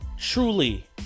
truly